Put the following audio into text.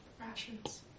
rations